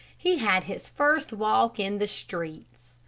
he had his first walk in the street.